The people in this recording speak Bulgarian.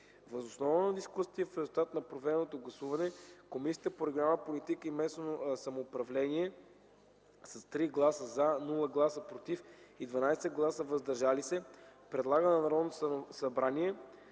Въз основа на дискусията и в резултат на проведеното гласуване, Комисията по регионална политика и местно самоуправление с 3 гласа - “за”, без - “против” и 12 гласа -“въздържали се”, предлага на Народното събрание